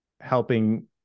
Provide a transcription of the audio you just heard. helping